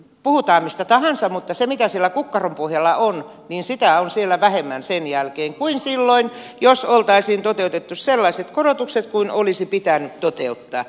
puhutaan mistä tahansa mutta sitä mikä siellä kukkaron pohjalla on on siellä vähemmän sen jälkeen kuin silloin jos oltaisiin toteutettu sellaiset korotukset kuin olisi pitänyt toteuttaa